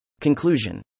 Conclusion